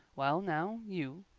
well now, you,